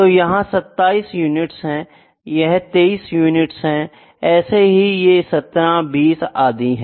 तो यह 27 यूनिट्स है यह 23 यूनिट्स है ऐसे ही यह 17 20 आदि है